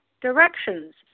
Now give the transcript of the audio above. directions